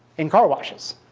in car washes.